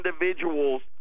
individuals